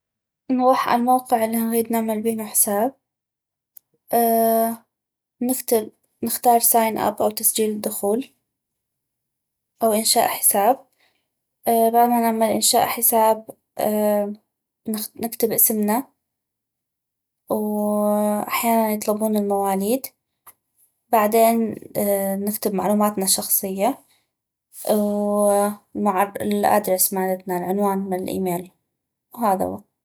نغوح عل موقع الي نغيد نعمل بينو حساب نكتب نختار ساين اب او تسجيل الدخول او انشاء حساب بعد ما نعمل انشاء حساب نكتب اسمنا واحياناً يطلبون المواليد وبعدين نكتب معلوماتنا الشخصية ومع الادرس مالتنا العنوان مال ايميل